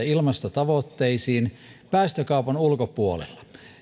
ilmastotavoitteisiin päästökaupan ulkopuolella